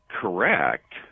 correct